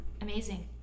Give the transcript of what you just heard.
amazing